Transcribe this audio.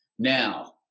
Now